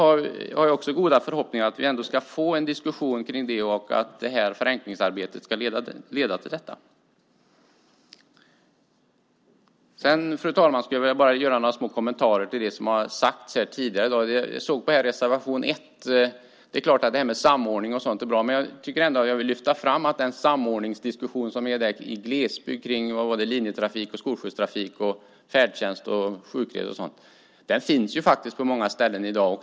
Jag har goda förhoppningar om att vi ska få en diskussion om detta och att det ska bli ett förenklingsarbete. Fru talman! Jag vill kommentera vad som har sagts tidigare i dag. Först var det reservation 1. Visst är samordning är bra, men jag vill ändå lyfta fram samordningsdiskussionen om linjetrafik, skolskjutstrafik, färdtjänst och sjukresor. Dessa finns på många ställen i dag.